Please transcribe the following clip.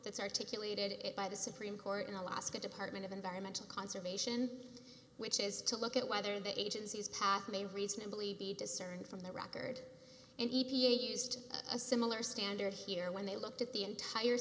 that's articulated it by the supreme court in alaska department of environmental conservation which is to look at whether the agencies path may reasonably be discerned from the record and e p a used a similar standard here when they looked at the entire